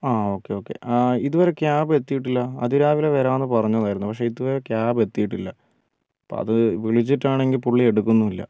ആ okay okay ആ ഇതുവരെ ക്യാബ് എത്തിയിട്ടില്ല അതിരാവിലെ വരാമെന്ന് പറഞ്ഞതായിരുന്നു പക്ഷേ ഇതുവരെ ക്യാബ് എത്തിയിട്ടില്ല അപ്പം അത് വിളിച്ചിട്ടാണെങ്കിൽ പുള്ളി എടുക്കുന്നുമില്ല